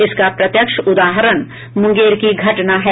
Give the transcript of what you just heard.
इसका प्रत्यक्ष उदहारण मुंगेर की घटना है